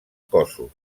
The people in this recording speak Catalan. cossos